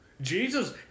Jesus